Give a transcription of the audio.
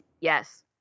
yes